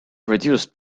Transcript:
reduced